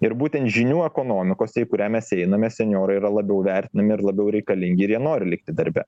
ir būtent žinių ekonomikos į kurią mes einame senjorai yra labiau vertinami ir labiau reikalingi ir jie nori likti darbe